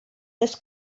this